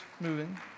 moving